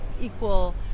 equal